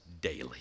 daily